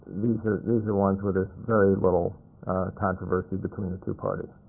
these are these are ones where there's very little controversy between the two parties.